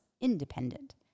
independent